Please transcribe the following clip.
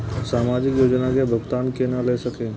समाजिक योजना के भुगतान केना ल सके छिऐ?